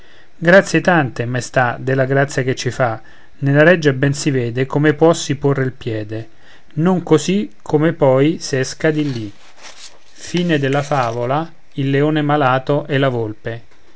grazie tante maestà della grazia che ci fa nella reggia ben si vede come puossi porre il piede non così come poi s'esca di lì a